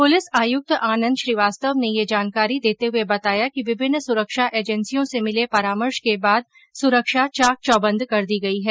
police आयुक्त आनंद श्रीवास्तव ने ये जानकारी देते हुए बताया कि विंभिन्न सुरक्षा एजेंसियों से मिले परामर्श के बाद सुरक्षा चाक चौबंद कर दी गयी है